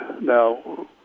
now